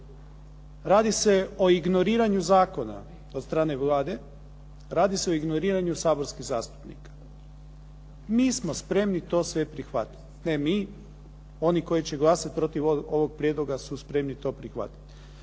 Radi se o ignoriranju zakona od strane Vlade, radi se o ignoriranju saborskih zastupnika. Mi smo spremni to sve prihvatiti, ne mi, oni koji će glasat protiv ovog prijedloga su spremni to prihvatiti.